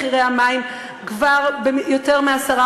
תוריד את מחירי החשמל ואת מחירי המים ביותר מ-10%.